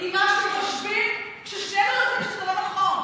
ממה שחושבים, ששנינו חושבים שזה לא נכון.